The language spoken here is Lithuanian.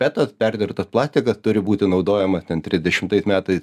petas perdirbtas plastikas turi būti naudojamas ten trisdešimtais metais